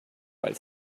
weil